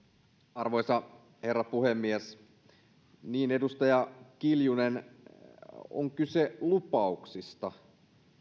arvoisa herra puhemies niin edustaja kiljunen on kyse lupauksista